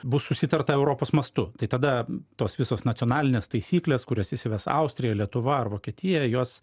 bus susitarta europos mastu tai tada tos visos nacionalinės taisykles kurias įsives austrija lietuva ar vokietija jos